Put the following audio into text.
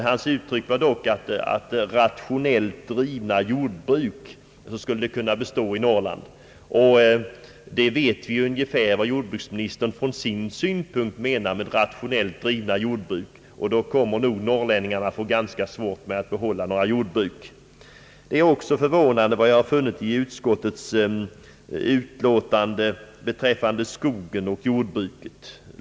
Hans uttryck var dock att »rationellt drivna jordbruk» skulle kunna bestå i Norrland, och vi vet ungefär vad jordbruksministern från sin synpunkt menar med rationellt drivna jordbruk. I så fall kommer nog norrlänningarna att få ganska svårt att behålla några jordbruk. Det är också förvånande vad jag har funnit i utskottets utlåtande beträffande skogen och jordbruket.